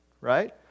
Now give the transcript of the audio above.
Right